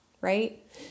right